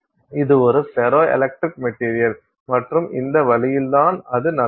இது ஒரு ferro electric material மற்றும் இந்த வழியில் தான் அது நடக்கும்